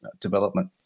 development